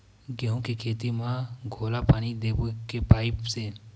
गेहूं के खेती म घोला पानी देबो के पाइप से?